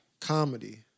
Comedy